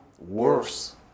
worse